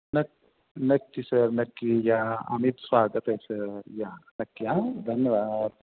नक् नक्की सर नक्की या अमित स्वागत आहे सर या नक्की हां धन्यवाद